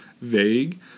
vague